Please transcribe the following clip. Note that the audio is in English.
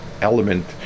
element